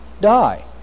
die